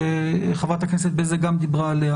שחברת הכנסת בזק גם דיברה עליה,